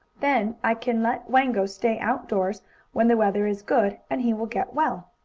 then i can let wango stay outdoors when the weather is good, and he will get well.